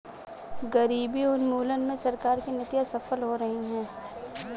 गरीबी उन्मूलन में सरकार की नीतियां सफल हो रही हैं